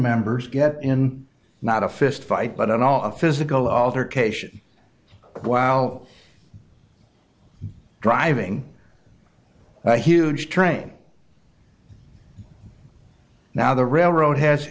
members get in not a fist fight but an all a physical altercation while driving a huge train now the railroad has